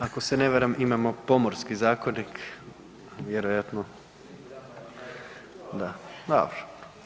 Ako se ne varam imamo Pomorski zakonik vjerojatno, da, dobro.